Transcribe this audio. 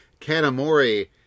Kanamori